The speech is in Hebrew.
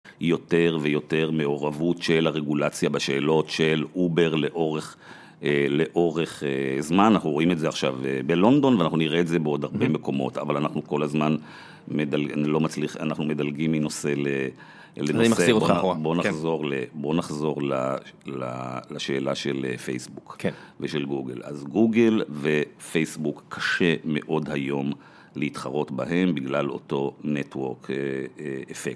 יותר ויותר מעורבות של הרגולציה בשאלות של אובר לאורך זמן. אנחנו רואים את זה עכשיו בלונדון ואנחנו נראה את זה בעוד הרבה מקומות, אבל אנחנו כל הזמן, מדל..לא מצליח., אנחנו מדלגים מנושא לנושא. אני מחזיר אותך אחורה. בוא נחזור לשאלה של פייסבוק ושל גוגל. אז גוגל ופייסבוק, קשה מאוד היום להתחרות בהם בגלל אותו network affect